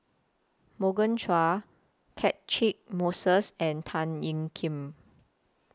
Morgan Chua Catchick Moses and Tan Ean Kiam